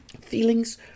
Feelings